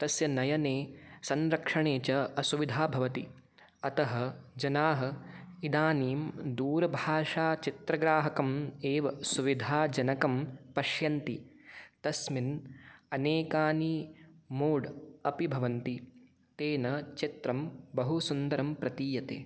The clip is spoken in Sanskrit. तस्य नयने संरक्षणे च असुविधा भवति अतः जनाः इदानीं दूरभाषाचित्रग्राहकम् एव सुविधाजनकं पश्यन्ति तस्मिन् अनेकानि मोड् अपि भवन्ति तेन चित्रं बहुसुन्दरं प्रतीयते